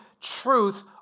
truth